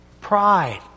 Pride